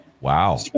Wow